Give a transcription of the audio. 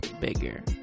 Bigger